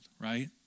right